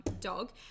dog